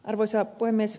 arvoisa puhemies